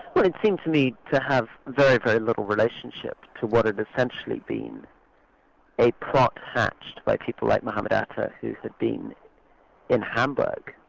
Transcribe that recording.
but it seemed to me to have very, very little relationship to what had essentially been a plot hatched by people like mohamed atta, who had been in hamburg,